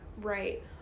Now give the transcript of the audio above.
Right